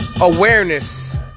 Awareness